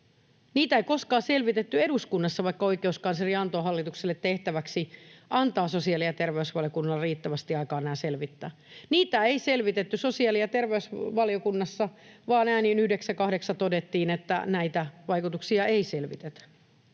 Niitä ei koskaan selvitetty eduskunnassa, vaikka oikeuskansleri antoi hallitukselle tehtäväksi antaa sosiaali- ja terveysvaliokunnalle riittävästi aikaa nämä selvittää. Niitä ei selvitetty sosiaali- ja terveysvaliokunnassa, vaan äänin 9—8 todettiin, että näitä vaikutuksia ei selvitetä.